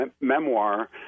memoir